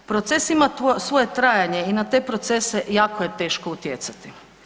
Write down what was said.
Proces ima svoje trajanje i na te procese jako je teško utjecati.